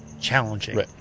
challenging